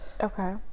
Okay